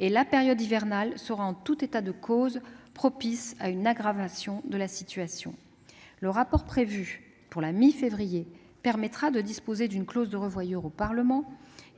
La période hivernale sera en tout état de cause propice à une aggravation de la situation. Le rapport prévu pour la mi-février, je l'ai dit, permettra au Parlement de disposer d'une clause de revoyure.